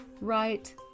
right